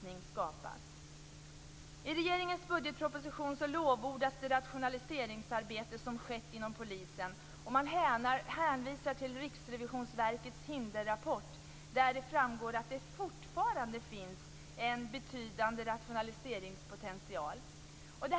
I budgetpropositionen lovordas det rationaliseringsarbete som skett inom polisen, och man hänvisar till Riksrevisionsverkets hinderrapport, av vilken det framgår att det fortfarande finns en betydande rationaliseringspotential.